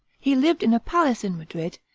he lived in a palace in madrid,